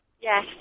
Yes